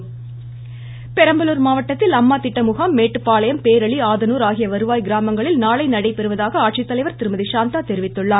இருவரி பெரம்பலூர் மாவட்டத்தில் அம்மா திட்ட முகாம் மேட்டுப்பாளையம் பேரளி ஆதனூர் ஆகிய வருவாய் கிராமங்களில் நாளை நடைபெறுவதாக ஆட்சித்தலைவர் திருமதி சாந்தா தெரிவித்துள்ளார்